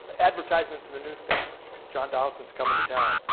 advertisements in the newspapers john donaldson is coming to town.